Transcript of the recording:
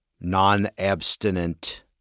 non-abstinent